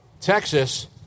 Texas